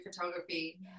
photography